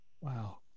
Wow